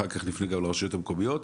ואחר כך נפנה גם לרשויות המקומיות,